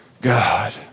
God